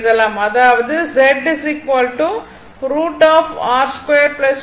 அதாவதுஆகும்